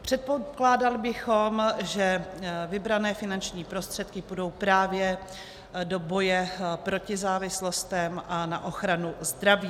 Předpokládali bychom, že vybrané finanční prostředky půjdou právě do boje proti závislostem a na ochranu zdraví.